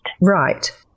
right